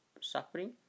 suffering